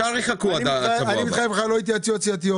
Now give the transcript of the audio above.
הצבעה לא אושר.